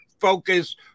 focus